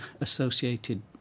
associated